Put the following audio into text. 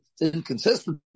inconsistent